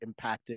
impacting